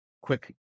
quick